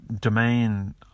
domain